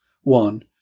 one